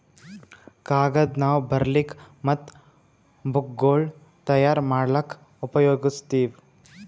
ಕಾಗದ್ ನಾವ್ ಬರಿಲಿಕ್ ಮತ್ತ್ ಬುಕ್ಗೋಳ್ ತಯಾರ್ ಮಾಡ್ಲಾಕ್ಕ್ ಉಪಯೋಗಸ್ತೀವ್